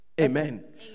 Amen